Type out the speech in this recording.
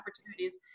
opportunities